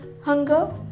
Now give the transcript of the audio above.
hunger